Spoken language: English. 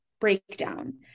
breakdown